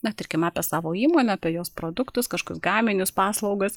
na tarkim apie savo įmonę apie jos produktus kaškus gaminius paslaugas